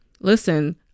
listen